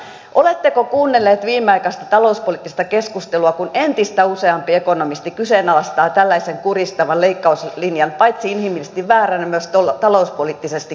oletteko kuunnelleet viimeaikaista talouspoliittista keskustelua kun entistä useampi ekonomisti kyseenalaistaa tällaisen kuristavan leikkauslinjan paitsi inhimillisesti vääränä myös talouspoliittisesti kestämättömänä